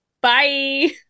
Bye